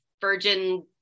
virgin